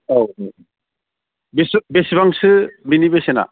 औ औ बेसेबांसो बेनि बेसेना